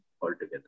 altogether